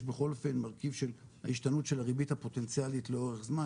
יש בכל אופן מרכיב של ההשתנות של הריבית הפוטנציאלית לאורך זמן,